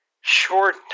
short